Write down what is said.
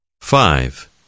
five